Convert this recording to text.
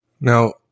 Now